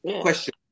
Question